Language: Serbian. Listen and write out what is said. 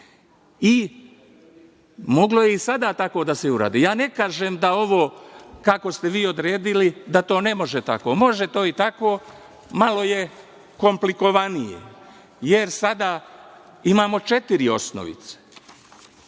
je i sada tako da se uradi. Ja ne kažem da ovo kako ste vi odredili da to ne može tako. Može to i tako, malo je komplikovanije, jer sada imamo četiri osnovice,